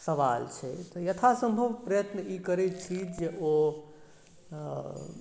सवाल छै तऽ यथासम्भव प्रयत्न ई करैत छी जे ओ